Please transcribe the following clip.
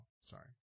sorry